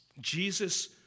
Jesus